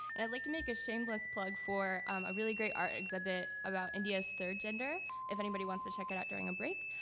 and i'd like to make a shameless plug for um a really great at ah exhibit about india's third gender, if anybody wants to check it out during a break.